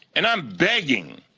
and i'm begging,